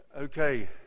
okay